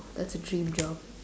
that's a dream job